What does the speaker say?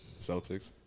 Celtics